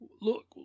Look